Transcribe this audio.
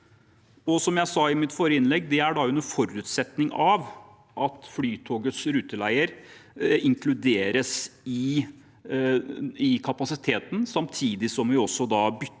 er det under forutsetning av at Flytogets ruteleier inkluderes i kapasiteten, samtidig som vi også bytter